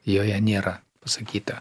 joje nėra pasakyta